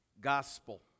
gospel